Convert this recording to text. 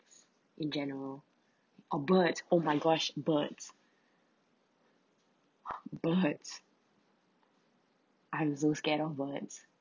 in general a bird oh my gosh birds birds I'm so scared of birds